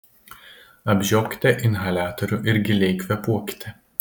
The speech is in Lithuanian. apžiokite inhaliatorių ir giliai kvėpuokite